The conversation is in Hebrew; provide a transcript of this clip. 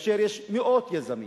יש מאות יזמים